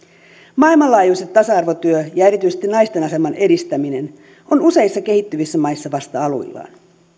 maailmanlaajuisesti tasa arvotyö ja erityisesti naisten aseman edistäminen on useissa kehittyvissä maissa vasta aluillaan